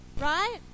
Right